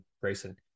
Grayson